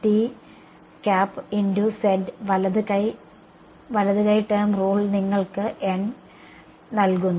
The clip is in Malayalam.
അതിനാൽ വലത് കൈ ടേം റൂൾ നിങ്ങൾക്ക് നൽകുന്നു